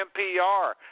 NPR